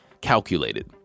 calculated